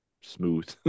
smooth